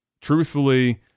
truthfully